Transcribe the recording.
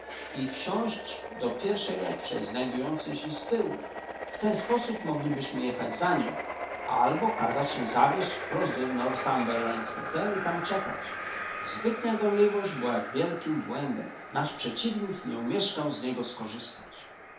i wsiąść do pierwszej lepszej znajdującej się ztyłu w ten sposób moglibyśmy jechać za nią albo kazać się zawieźć wprost do northumberland hotel i tam czekać zbytnia gorliwość była wielkim błędem nasz przeciwnik nie omieszkał z niego skorzystać